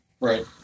Right